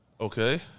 okay